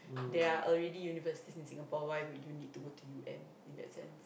there are already universities in Singapore why would you go to U_M in that sense